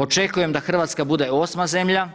Očekujem da Hrvatska bude osma zemlja,